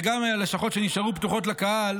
וגם ללשכות שנשארו פתוחות לקהל